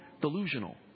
delusional